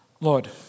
Lord